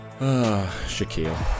Shaquille